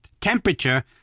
temperature